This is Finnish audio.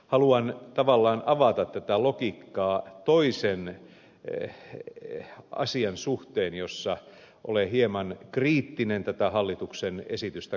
haluan tavallaan avata tätä logiikkaa toisen asian suhteen jossa olen hieman kriittinen tätä hallituksen esitystä kohtaan